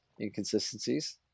inconsistencies